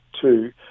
two